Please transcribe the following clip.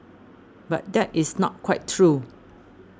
but that is not quite true